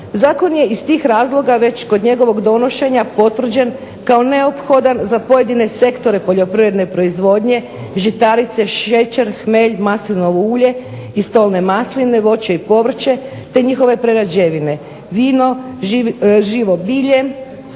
Zakon je iz tih razloga već kod njegovog donošenja potvrđen kao neophodan za pojedine sektore poljoprivredne proizvodnje, žitarice, šećer, hmelj, maslinovo ulje i stolne masline, voće i povrće, te njihove prerađevine vino, živo bilje,